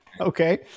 okay